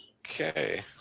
Okay